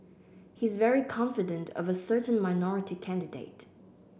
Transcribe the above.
he's very confident of a certain minority candidate